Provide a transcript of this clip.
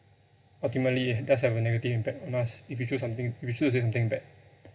ultimately does have a negative impact on us if you choose something if you choose to do something bad